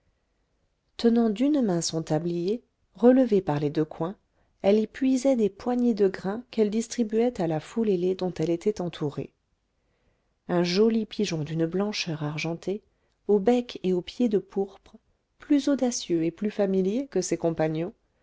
tenant d'une main son tablier relevé par les deux coins elle y puisait des poignées de grain qu'elle distribuait à la foule ailée dont elle était entourée un joli pigeon d'une blancheur argentée au bec et aux pieds de pourpre plus audacieux et plus familier que ses compagnons